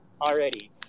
already